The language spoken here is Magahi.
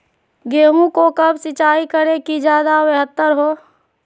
गेंहू को कब सिंचाई करे कि ज्यादा व्यहतर हो?